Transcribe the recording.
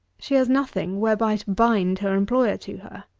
she has nothing whereby to bind her employer to her.